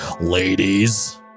ladies